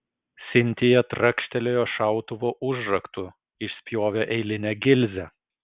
sintija trakštelėjo šautuvo užraktu išspjovė eilinę gilzę